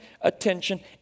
attention